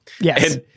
Yes